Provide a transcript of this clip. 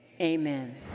amen